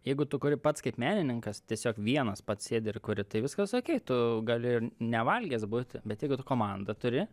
jeigu tu kuri pats kaip menininkas tiesiog vienas pats sėdi ir kuri tai viskas okei tu gali nevalgęs būti bet jeigu tu komandą turi